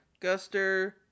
guster